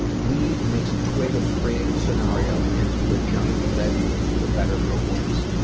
ah weed makes a twig of a creative scenario into a giant redwood, for better or worse.